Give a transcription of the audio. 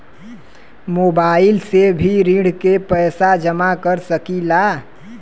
Mobile से भी ऋण के पैसा जमा कर सकी ला?